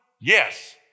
yes